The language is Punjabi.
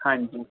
ਹਾਂਜੀ